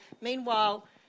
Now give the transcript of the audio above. Meanwhile